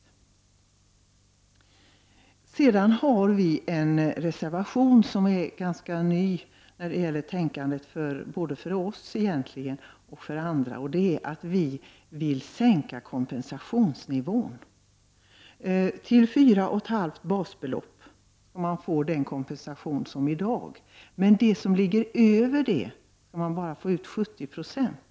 I utskottet har jag avgivit en reservation som innebär ett nytänkande, egentligen både för oss och för andra, nämligen en sänkning av kompensationsnivån för den del av inkomsten som överstiger 4,5 basbelopp. Upp till den gränsen vill vi att man skall få samma kompensation som i dag, men för det som ligger däröver skall man bara få ut 70 26.